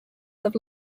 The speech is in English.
have